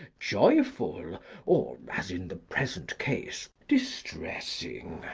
joyful, or, as in the present case, distressing.